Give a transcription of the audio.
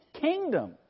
kingdom